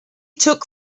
took